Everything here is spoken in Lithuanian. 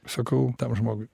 sakau tam žmogui